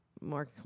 more